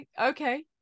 Okay